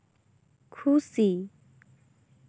ᱠᱷᱩᱥᱤ